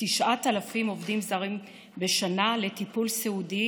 כ-9,000 עובדים זרים בשנה לטיפול סיעודי